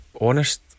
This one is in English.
honest